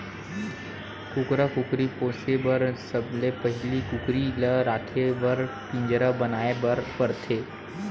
कुकरा कुकरी पोसे बर सबले पहिली कुकरी ल राखे बर पिंजरा बनाए बर परथे